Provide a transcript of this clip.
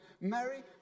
Mary